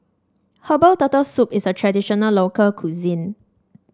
Herbal Turtle Soup is a traditional local cuisine